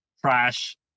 trash